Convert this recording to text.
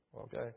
okay